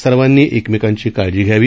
सर्वांनी एकमेकांची काळजी घ्यावी